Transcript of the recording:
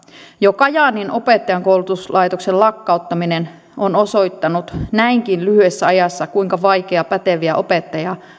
jo kajaanin opettajankoulutuslaitoksen lakkauttaminen on osoittanut näinkin lyhyessä ajassa kuinka vaikeaa päteviä opettajia